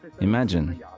Imagine